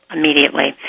Immediately